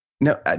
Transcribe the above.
No